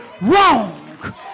wrong